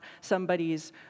somebody's